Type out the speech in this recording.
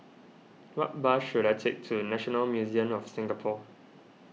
what bus should I take to National Museum of Singapore